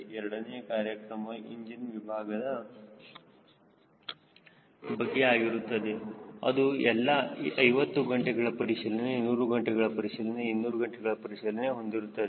ಎರಡನೇ ಕಾರ್ಯಾಚರಣೆಯು ಇಂಜಿನ್ ವಿಭಾಗದ ಬಗ್ಗೆ ಆಗಿರುತ್ತದೆ ಅದು ಎಲ್ಲಾ 50 ಗಂಟೆಗಳ ಪರಿಶೀಲನೆ 100 ಗಂಟೆಗಳ ಪರಿಶೀಲನೆ 200 ಗಂಟೆಗಳ ಪರಿಶೀಲನೆ ಹೊಂದಿರುತ್ತದೆ